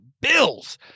Bills